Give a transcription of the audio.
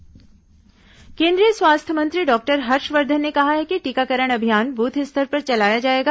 स्वास्थ्य मंत्री टीकाकरण अभियान केंद्रीय स्वास्थ्य मंत्री डॉक्टर हर्षवर्धन ने कहा है कि टीकाकरण अभियान बुथ स्तर पर चलाया जाएगा